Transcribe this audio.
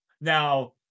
Now